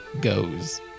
goes